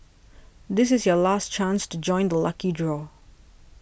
this is your last chance to join the lucky draw